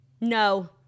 No